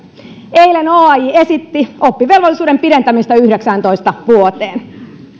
eilen oaj esitti oppivelvollisuuden pidentämistä yhdeksääntoista vuoteen